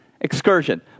Excursion